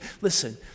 Listen